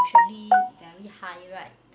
~tually very high right